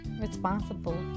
responsible